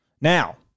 Now